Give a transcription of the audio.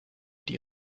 die